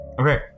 Okay